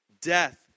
Death